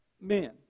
men